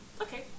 okay